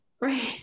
Right